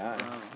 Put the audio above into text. !wow!